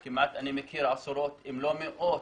אני מכיר עשרות, אם לא מאות,